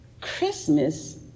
Christmas